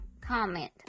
comment